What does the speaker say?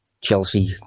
Chelsea